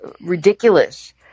ridiculous